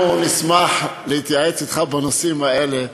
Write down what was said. אנחנו נשמח להתייעץ אתך בנושאים האלה.